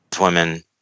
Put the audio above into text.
women